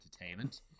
Entertainment